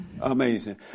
amazing